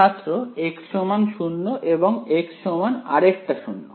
ছাত্র x0 এবং x সমান আরেকটা 0